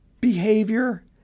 behavior